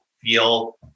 feel